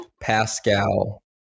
Pascal